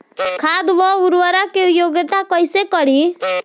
खाद व उर्वरक के उपयोग कइसे करी?